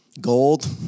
gold